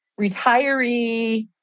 retiree